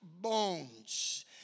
bones